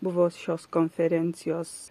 buvo šios konferencijos